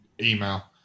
Email